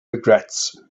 regrets